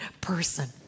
person